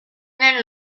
nel